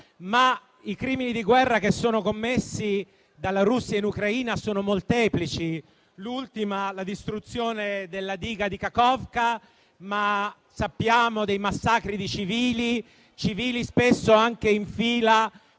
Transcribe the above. i crimini di guerra commessi dalla Russia in Ucraina sono molteplici - l'ultimo è la distruzione della diga di Kachovka - ma sappiamo dei massacri di civili, spesso anche in fila